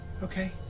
Okay